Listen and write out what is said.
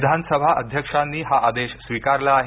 विधानसभा अध्यक्षांनी हा आदेश स्वीकारला आहे